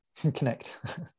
connect